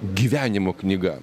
gyvenimo knyga